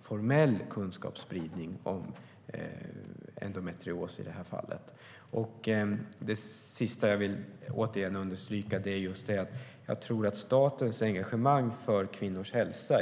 formell kunskapsspridning om denna sjukdom. Låt mig till sist åter betona statens engagemang för förlossningsvård och kvinnors hälsa.